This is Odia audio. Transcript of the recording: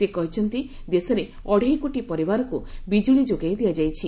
ସେ କହିଛନ୍ତି ଦେଶରେ ଅଢ଼େଇକୋଟି ପରିବାରକୁ ବିଜୁଳି ଯୋଗାଇ ଦିଆଯାଇଛି